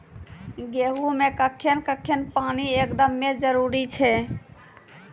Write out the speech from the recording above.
गेहूँ मे कखेन कखेन पानी एकदमें जरुरी छैय?